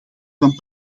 van